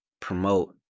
Promote